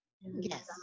Yes